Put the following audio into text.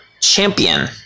champion